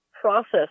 process